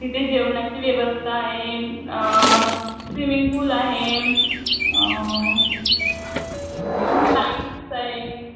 तिथे जेवणाची व्यवस्था आहे स्विमिंग पूल आहे फ्लाइट्स आहे